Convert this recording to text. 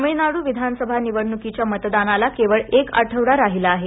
तामिळनाडू विधानसभा निवडणुकीच्या मतदानाला केवळ एक आठवडा राहिला आहे